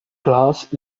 glass